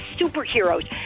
superheroes